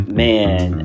man